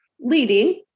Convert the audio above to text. leading